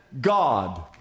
God